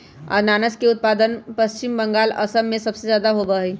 अनानस के उत्पादन पश्चिम बंगाल, असम में सबसे ज्यादा होबा हई